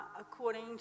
according